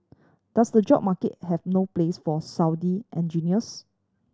does the job market have no place for Saudi engineers